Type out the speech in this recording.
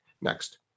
Next